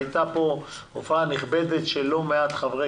הייתה פה הופעה נכבדת של לא מעט חברי